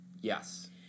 Yes